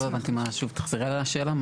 לא הבנתי מה, שוב, תחזרי על השאלה.